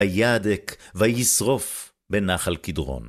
הידק וישרוף בנחל כדרון.